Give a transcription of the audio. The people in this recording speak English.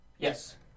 Yes